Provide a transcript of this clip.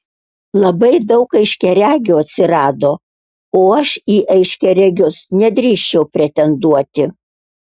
labai daug aiškiaregių atsirado o aš į aiškiaregius nedrįsčiau pretenduoti